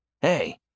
Hey